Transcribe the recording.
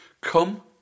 Come